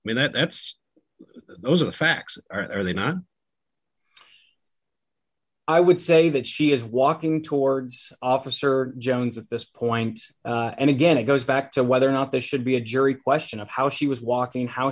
and that's those are the facts are they not i would say that she is walking towards officer jones at this point and again it goes back to whether or not this should be a jury question of how she was walking how